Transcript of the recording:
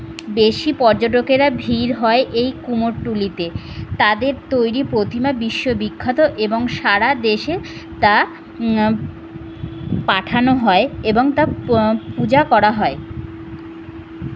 বেশি পর্যটকেরা ভিড় হয় এই কুমোরটুলিতে তাদের তৈরি প্রতিমা বিশ্ব বিখ্যাত এবং সারা দেশে তা পাঠানো হয় এবং তা পূজা করা হয়